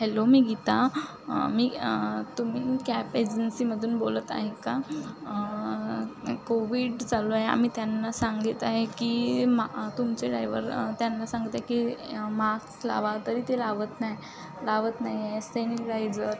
hello मी गीता मी तुम्ही कॅब एजेंसीमधून बोलत आहेत का कोविड चालू आहे आम्ही त्यांना सांगीत आहे की मा तुमचे ड्राइवर त्यांना सांगत आहे की मास्क लावा तरी ते लावत नाही लावत नाहीयेत सेनीटायझर